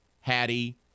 Hattie